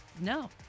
No